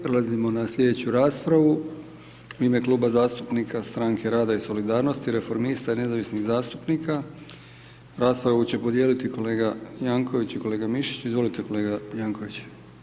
Prelazimo na slj. raspravu, u ime Kluba zastupnika Stranke rada i solidarnosti, reformista i nezavisnih zastupnika raspravu će podijeliti kolega Jankovics i kolega Mišić, izvolite kolega Jankovics.